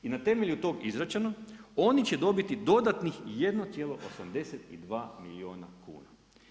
I na temelju tog izračuna, oni će dobiti, dodatnih 1,82 milijuna kuna.